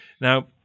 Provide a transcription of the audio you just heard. now